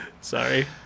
Sorry